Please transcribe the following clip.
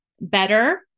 better